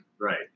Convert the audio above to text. Right